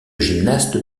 gymnaste